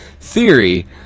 theory